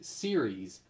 series